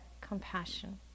compassion